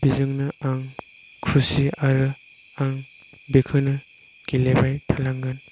बेजोंनो आं खुसि आरो आं बेखौनो गेलेबाय थालांगोन